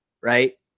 right –